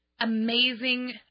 Amazing